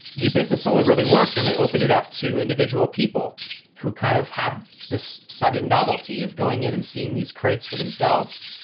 the business only really works when they opened it up to individual people who kind of had this sudden novelty of going in and seeing these crates for themselves.